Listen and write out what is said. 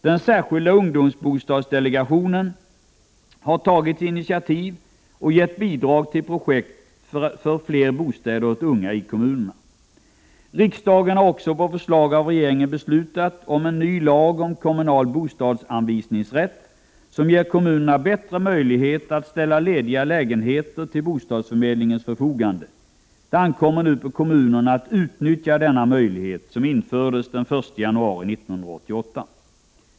Den särskilda ungdomsboendedelegationen har tagit initiativ och gett bidrag till projekt för fler bostäder åt unga i kommunerna. Riksdagen har också på förslag av regeringen beslutat om en ny lag om kommunal bostadsanvisningsrätt, som ger kommunerna bättre möjlighet att ställa lediga lägenheter till bostadsförmedlingens förfogande. Det ankommer nu på kommunerna att utnyttja denna möjlighet som infördes den 1 januari 1988.